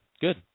Good